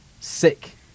sick